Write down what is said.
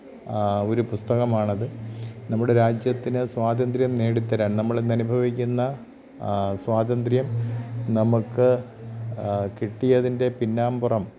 ഒരു പുസ്തകമാണത് നമ്മുടെ രാജ്യത്തിന് സ്വാതന്ത്ര്യം നേടിത്തരാൻ നമ്മളിന്നനുഭവിക്കുന്ന സ്വാതന്ത്ര്യം നമുക്ക് കിട്ടിയതിൻ്റെ പിന്നാമ്പുറം